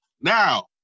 Now